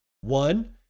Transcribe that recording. One